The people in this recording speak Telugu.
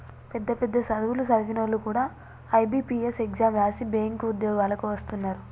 పెద్ద పెద్ద సదువులు సదివినోల్లు కూడా ఐ.బి.పీ.ఎస్ ఎగ్జాం రాసి బ్యేంకు ఉద్యోగాలకు వస్తున్నరు